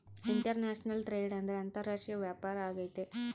international trade ಅಂದ್ರೆ ಅಂತಾರಾಷ್ಟ್ರೀಯ ವ್ಯಾಪಾರ ಆಗೈತೆ